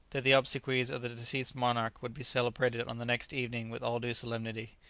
that the obsequies of the deceased monarch would be celebrated on the next evening with all due solemnity.